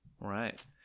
Right